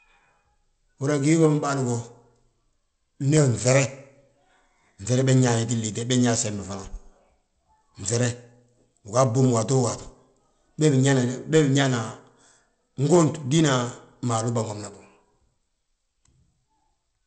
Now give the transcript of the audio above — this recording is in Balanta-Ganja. Uhúra gii wom bâa go, ndu yaa nŧere, nŧere be ñaa yetin liite, be nãa sebe fana, nŧere, uga bwom waato waati, bee bi nñaana ngont diina maalu bânwomnabo.